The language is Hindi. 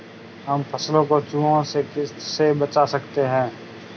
हम फसलों को चूहों से कैसे बचा सकते हैं?